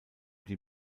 die